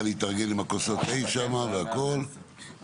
(הישיבה נפסקה בשעה 10:29 ונתחדשה בשעה 10:51.)